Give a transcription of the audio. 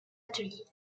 atelier